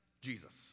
Jesus